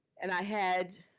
and i had.